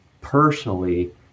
personally